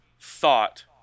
thought